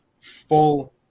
full